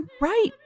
Right